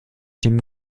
dem